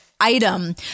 item